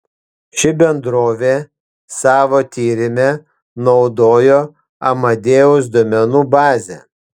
ši bendrovė savo tyrime naudojo amadeus duomenų bazę